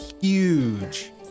Huge